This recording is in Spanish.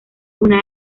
una